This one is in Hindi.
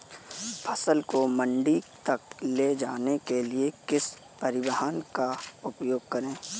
फसल को मंडी तक ले जाने के लिए किस परिवहन का उपयोग करें?